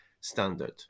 standard